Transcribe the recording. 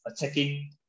attacking